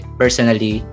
personally